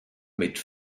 mit